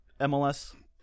MLS